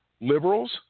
liberals